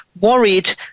worried